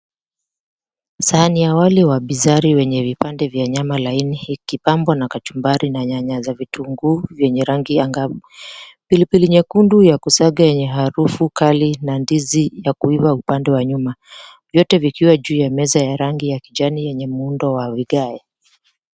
Sahani ya wali wa bizari, wenye vipande vyenye nyama laini ikipambwa na kachumbari na nyanya za vitunguu vyenye rangi angavu. Pilipili nyekundu ya kusaga yenye harufu kali, na ndizi ya kuiva, upande wa nyuma. Vyote vikiwa juu ya meza ya rangi ya kijani, yenye muundo wa wilaya.